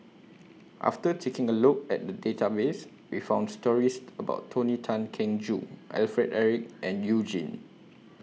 after taking A Look At The Database We found stories about Tony Tan Keng Joo Alfred Eric and YOU Jin